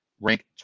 rank